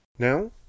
Now